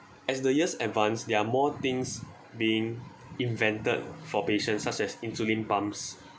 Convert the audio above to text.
as the years advanced there are more things being invented for patients such as insulin pumps